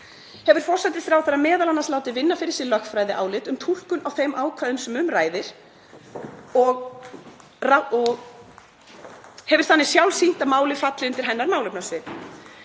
Hefur forsætisráðherra meðal annars látið vinna fyrir sig lögfræðiálit um túlkun á þeim ákvæðum sem um ræðir og hefur þannig sjálf sýnt að málið falli undir hennar málefnasvið.